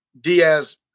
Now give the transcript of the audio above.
Diaz